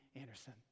Anderson